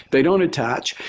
they don't attach.